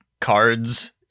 cards